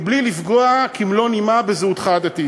בלי לפגוע כמלוא נימה בזהותך הדתית.